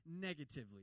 negatively